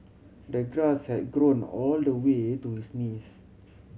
the grass had grown all the way to his knees